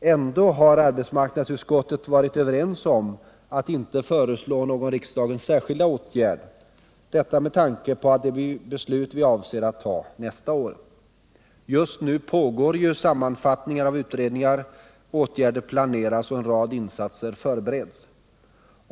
Ändå har man i arbetsmarknadsutskottet varit överens om att inte föreslå någon riksdagens särskilda åtgärd, detta med tanke på det beslut som vi avser att ta nästa år. Just nu pågår sammanfattningar av utredningar, åtgärder planeras och en rad insatser förbereds.